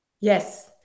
Yes